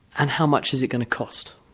and how much is it going to cost?